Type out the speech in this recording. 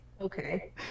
okay